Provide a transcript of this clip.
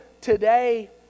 today